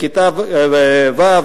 בכיתה ו',